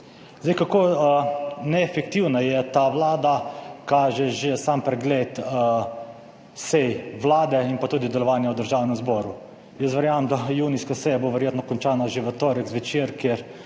Kako neefektivna je ta vlada, kaže že sam pregled sej Vlade in tudi delovanja v Državnem zboru. Verjamem, da bo junijska seja verjetno končana že v torek